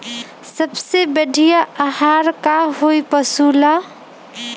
सबसे बढ़िया आहार का होई पशु ला?